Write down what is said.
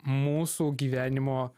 mūsų gyvenimo